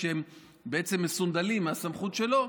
כשהם מסונדלים מהסמכות שלו,